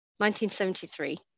1973